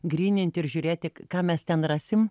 gryninti ir žiūrėti ką mes ten rasim